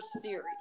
theory